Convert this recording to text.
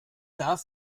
darf